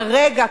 כרגע,